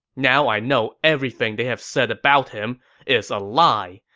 now i know everything they've said about him is a lie.